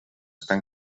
estar